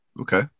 Okay